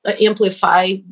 amplify